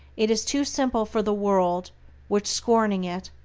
it is too simple for the world which, scorning it,